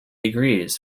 agrees